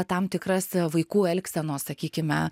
tam tikras vaikų elgsenos sakykime